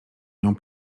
nią